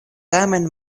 tamen